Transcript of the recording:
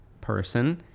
person